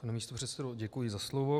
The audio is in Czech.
Pane místopředsedo, děkuji za slovo.